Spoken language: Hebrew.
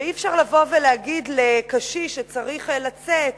ואי-אפשר לבוא ולהגיד לקשיש שצריך לצאת